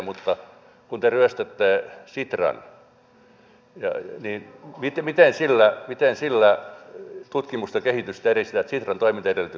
mutta kun te ryöstätte sitran niin miten sillä tutkimusta ja kehitystä edistetään että sitran toimintaedellytykset viedään